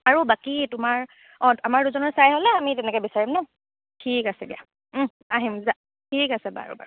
আৰু বাকী তোমাৰ অ' আমাৰ দুজনৰ চাই হ'লে আমি তেনেকৈ বিচাৰিম ন ঠিক আছে দিয়া আহিম দিয়া ঠিক আছে বাৰু বাৰু